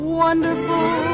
wonderful